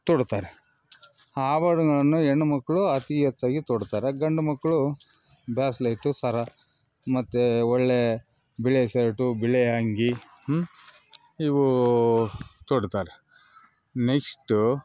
ತೊಡ್ತಾರೆ ಆ ಆಭರ್ಣಗಳನ್ನು ಹೆಣ್ಣು ಮಕ್ಕಳು ಅತೀ ಹೆಚ್ಚಾಗಿ ತೊಡ್ತಾರೆ ಗಂಡು ಮಕ್ಕಳು ಬ್ಯಾಸ್ಲೈಟು ಸರ ಮತ್ತು ಒಳ್ಳೇ ಬಿಳಿ ಶರ್ಟು ಬಿಳಿ ಅಂಗಿ ಇವೂ ತೊಡ್ತಾರೆ ನೆಕ್ಸ್ಟು